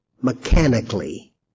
mechanically